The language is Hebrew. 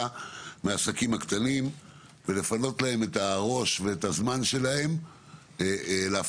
לעסקים הקטנים ולפנות להם את הראש ואת הזמן שלהם להפעלה,